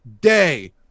Day